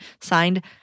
Signed